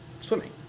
swimming